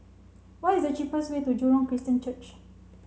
what is the cheapest way to Jurong Christian Church